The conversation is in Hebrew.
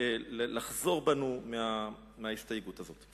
לחזור בנו מההסתייגות הזאת.